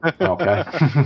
okay